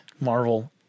marvel